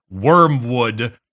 Wormwood